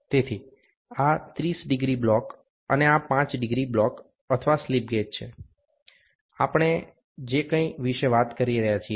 તેથી આ 30 degree block છે અને આ 5 ડિગ્રી બ્લોક અથવા સ્લિપ ગેજ છે આપણે જે કંઇ વિશે વાત કરી રહ્યા છીએ